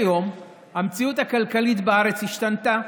כיום המציאות הכלכלית בארץ השתנה,